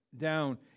down